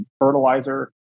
fertilizer